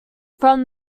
from